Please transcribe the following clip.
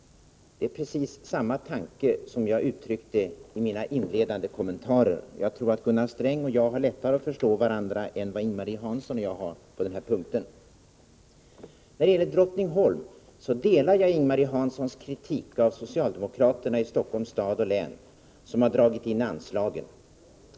Det är precis samma tankar som jag uttryckte i mina inledande kommentarer. Jag tror att Gunnar Sträng och jag har lättare att förstå varandra än vad Ing-Marie Hansson och jag har på denna punkt. När det gäller Drottningholm instämmer jag i Ing-Marie Hanssons kritik av socialdemokraterna i Stockholms stad och län, som har dragit in anslagen.